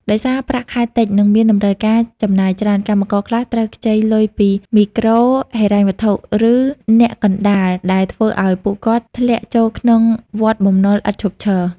ដោយសារប្រាក់ខែតិច និងមានតម្រូវការចំណាយច្រើន កម្មករខ្លះត្រូវខ្ចីលុយពីមីក្រូហិរញ្ញវត្ថុ ឬអ្នកកណ្ដាល ដែលធ្វើឱ្យពួកគាត់ធ្លាក់ចូលក្នុងវដ្តបំណុលឥតឈប់ឈរ។